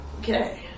Okay